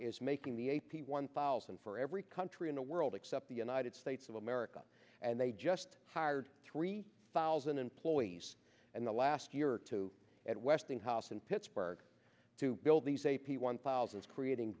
is making the a p one thousand for every country in the world except the united states of america and they just hired three thousand employees and the last year or two at westinghouse and pittsburgh to build these a p one thousand is creating